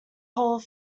whole